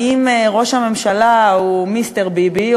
האם ראש הממשלה הוא מיסטר ביבי,